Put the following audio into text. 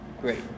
Great